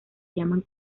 llaman